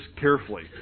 carefully